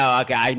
okay